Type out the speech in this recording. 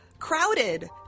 crowded